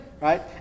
Right